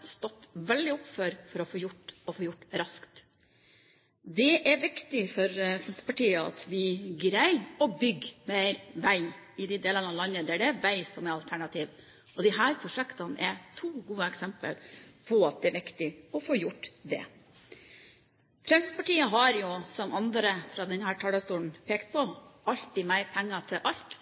stått veldig opp for for å få gjort raskt. Det er viktig for Senterpartiet at vi greier å bygge mer vei i de delene av landet der det er vei som er alternativet – og disse prosjektene er jo gode eksempler på at det er viktig å få gjort det. Fremskrittspartiet har jo, som andre fra denne talerstolen har pekt på, alltid mer penger til alt.